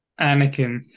Anakin